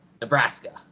Nebraska